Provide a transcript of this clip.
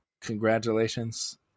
Congratulations